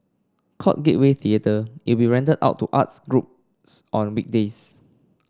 called Gateway Theatre it will be rented out to arts groups on weekdays